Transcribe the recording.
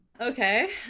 Okay